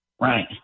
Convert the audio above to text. Right